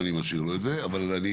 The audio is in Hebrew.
ואני משאיר לו את זה שתביא,